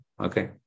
Okay